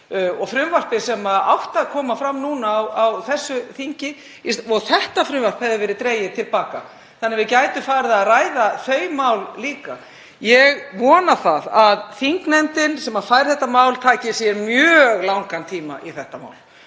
og frumvarpið sem átti að koma fram núna á þessu þingi og að þetta frumvarp hefði verið dregið til baka þannig að við gætum farið að ræða þau mál líka. Ég vona að þingnefndin sem fær þetta mál taki sér mjög langan tíma í það